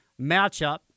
matchup